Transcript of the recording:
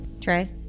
Trey